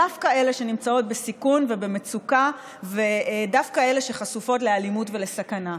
דווקא אלה שנמצאות בסיכון ובמצוקה ודווקא אלה שחשופות לאלימות ולסכנה.